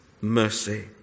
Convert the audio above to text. mercy